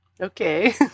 Okay